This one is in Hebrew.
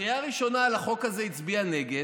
בקריאה הראשונה על החוק הזה הצביעה נגד.